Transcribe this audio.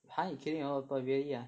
!huh! it's killing a lot of people really ah